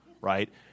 right